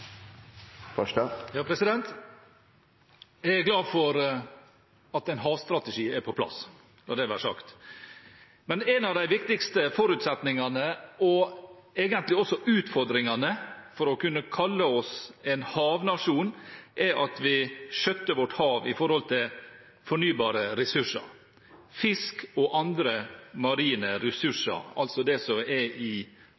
glad for at en havstrategi er på plass – la det være sagt. Men en av de viktigste forutsetningene og egentlig også utfordringene for å kunne kalle oss en havnasjon er at vi skjøtter vårt hav med tanke på fornybare ressurser, fisk og andre marine